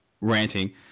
ranting